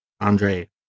Andre